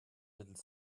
little